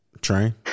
train